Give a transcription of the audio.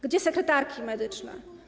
Gdzie sekretarki medyczne?